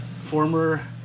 Former